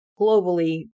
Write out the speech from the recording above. globally